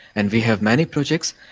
and we have many projects,